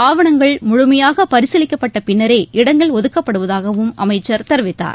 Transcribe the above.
ஆவணங்கள் முழுமையாக பரிசீலிக்கப்பட்ட பின்னரே இடங்கள் ஒதுக்கப்படுவதாகவும் அமைச்சர் தெரிவித்தார்